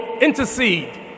intercede